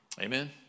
Amen